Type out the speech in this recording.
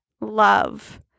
love